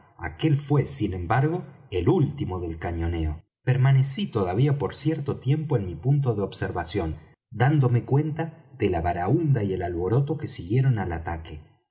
aquel fué sin embargo el último del cañoneo permanecí todavía por cierto tiempo en mi punto de observación dándome cuenta de la baraúnda y el alboroto que siguieron al ataque